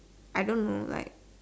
I don't know like